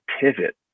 pivot